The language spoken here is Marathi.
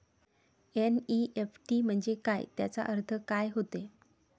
एन.ई.एफ.टी म्हंजे काय, त्याचा अर्थ काय होते?